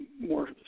more